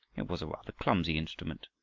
it was a rather clumsy instrument,